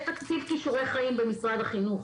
יש תקציב כישורי חיים במשרד החינוך.